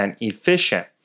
efficient